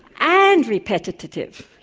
and repetitive.